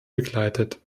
begleitet